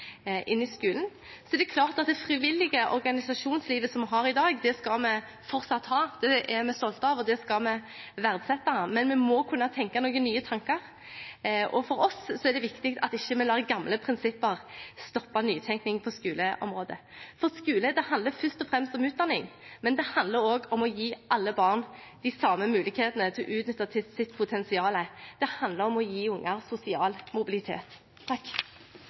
i skolen. Så er det klart at det frivillige organisasjonslivet som vi har i dag, skal vi fortsatt ha. Det er vi stolte av, og det skal vi verdsette. Men vi må kunne tenke noen nye tanker. For oss er det viktig at vi ikke lar gamle prinsipper stoppe nytenkning på skoleområdet. Skole handler først og fremst om utdanning, men det handler også om å gi alle barn de samme mulighetene til å utnytte sitt potensial. Det handler om å gi unger sosial mobilitet.